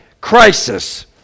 crisis